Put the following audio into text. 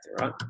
right